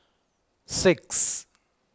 six